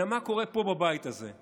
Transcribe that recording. אלא זה מה שקורה פה בבית הזה: